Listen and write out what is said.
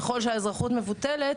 ככל שהאזרחות מבוטלת,